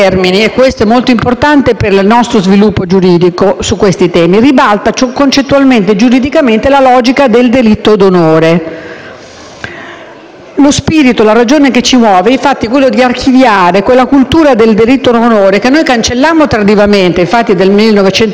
d'onore. Lo spirito e la ragione che ci muovono sono infatti quelli di archiviare quella cultura del delitto d'onore che cancellammo tardivamente nel 1981, ma che riemerge con odiosa forza, in qualche modo subliminale, quando si afferma da tutte le parti,